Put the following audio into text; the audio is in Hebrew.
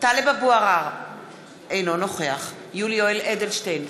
טלב אבו עראר, אינו נוכח יולי יואל אדלשטיין,